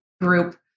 group